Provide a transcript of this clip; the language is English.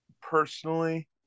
Personally